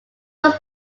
was